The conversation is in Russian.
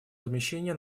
размещения